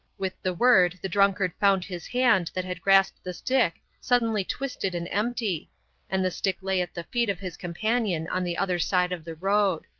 with the word the drunkard found his hand that had grasped the stick suddenly twisted and empty and the stick lay at the feet of his companion on the other side of the road.